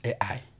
AI